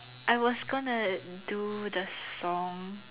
I was gonna do the song